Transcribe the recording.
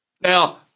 Now